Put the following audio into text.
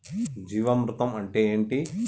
జీవామృతం అంటే ఏంటి?